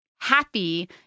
happy